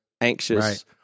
anxious